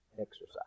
exercise